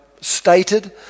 stated